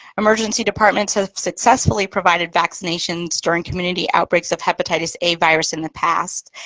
emergency departments have successfully provided vaccinations during community outbreaks of hepatitis a virus in the past.